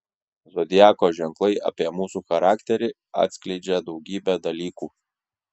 zodiako ženklai apie mūsų charakterį atskleidžią daugybę dalykų